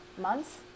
Months